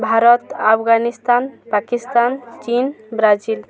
Bharat Afghanistan Pakistan Chin Brazil